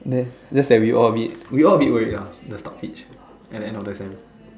just just that we all a bit we all a bit worried lah the top fits at the end of the sem